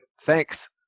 Thanks